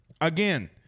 Again